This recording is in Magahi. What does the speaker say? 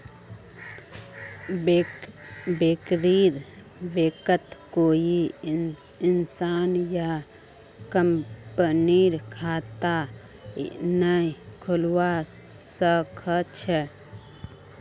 बैंकरेर बैंकत कोई इंसान या कंपनीर खता नइ खुलवा स ख छ